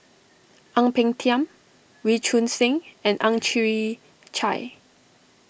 Ang Peng Tiam Wee Choon Seng and Ang Chwee Chai